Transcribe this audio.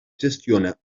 gestiona